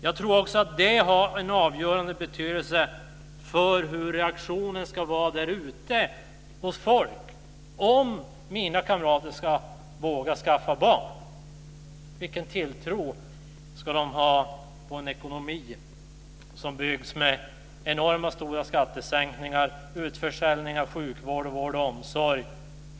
Jag tror också att det har en avgörande betydelse för hur reaktionen ska bli därute, hos folk, för om mina kamrater ska våga skaffa barn. Vilken tilltro ska de ha till en ekonomi som byggs med enorma skattesänkningar och utförsäljning av sjukvård och vård och omsorg?